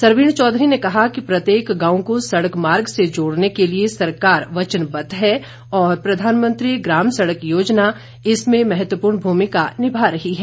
सरवीण चौधरी ने कहा कि प्रत्येक गांव को सड़क मार्ग से जोड़ने के लिए सरकार वचनबद्ध है और प्रधानमंत्री ग्राम सड़क योजना इसमें महत्वपूर्ण भूमिका निभा रही हैं